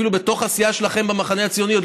אפילו בתוך הסיעה שלכם במחנה הציוני עוד